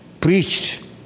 preached